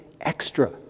extra